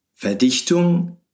Verdichtung